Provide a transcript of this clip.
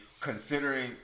considering